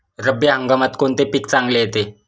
रब्बी हंगामात कोणते पीक चांगले येते?